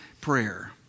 prayer